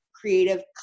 creative